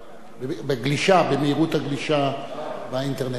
בגלישה, במהירות הגלישה באינטרנט.